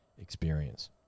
experience